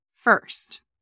first